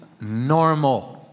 normal